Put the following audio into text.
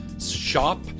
Shop